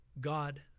God